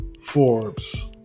forbes